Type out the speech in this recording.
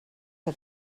que